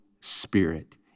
Spirit